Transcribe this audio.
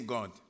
God